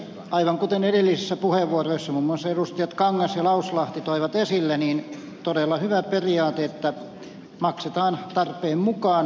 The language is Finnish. aivan kuten edellisissä puheenvuoroissa muun muassa edustajat kangas ja lauslahti toivat esille on todella hyvä periaate että maksetaan tarpeen mukaan